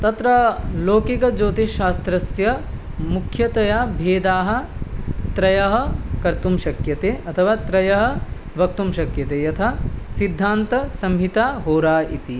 तत्र लौकिकज्योतिश्शास्त्रस्य मुख्यतया भेदाः त्रयः कर्तुं शक्यन्ते अथवा त्रयः वक्तुं शक्यन्ते यथा सिद्धान्तसंहिताहोराः इति